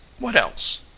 what else?